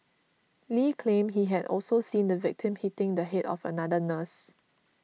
Lee claimed he had also seen the victim hitting the head of another nurse